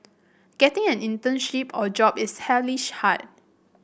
getting an internship or job is hellishly hard